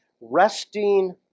resting